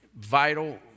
vital